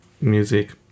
music